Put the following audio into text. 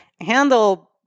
handle